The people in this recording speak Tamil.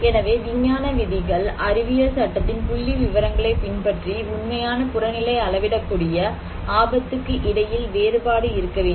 எனவே விஞ்ஞான விதிகள் அறிவியல் சட்டத்தின் புள்ளிவிவரங்களை பின்பற்றி உண்மையான புறநிலை அளவிடக்கூடிய ஆபத்துக்கு இடையில் வேறுபாடு இருக்க வேண்டும்